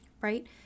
Right